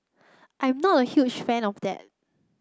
I'm not a huge fan of that